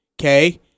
Okay